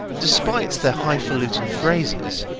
despite their high falutin phrases,